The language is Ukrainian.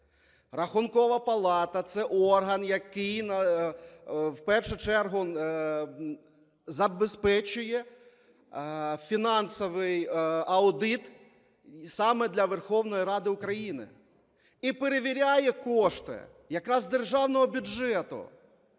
Рахункова палата – це орган, який в першу чергу забезпечує фінансовий аудит саме для Верховної Ради України і перевіряє кошти якраз державного бюджету.